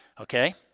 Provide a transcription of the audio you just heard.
okay